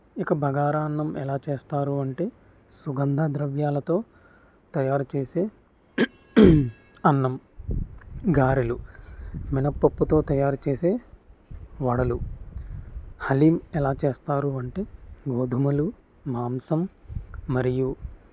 ఇక బగారా అన్నం ఎలా చేస్తారు అంటే సుగంధ ద్రవ్యాలతో తయారు చేసే అన్నం గారెలు మినప్పప్పుతో తయారు చేసే వడలు హలీమ్ ఎలా చేస్తారు అంటే గోధుమలు మాంసం మరియు